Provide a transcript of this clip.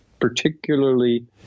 particularly